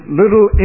little